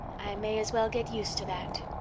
i may as well get used to that.